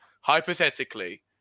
hypothetically